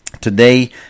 today